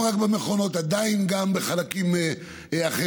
ולא רק במכונות עדיין גם בחלקים אחרים.